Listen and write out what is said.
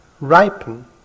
ripen